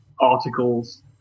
articles